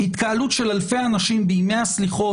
התקהלות של אלפי אנשים בימי הסליחות